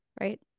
right